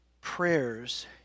prayers